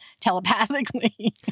telepathically